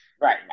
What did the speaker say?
right